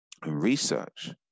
Research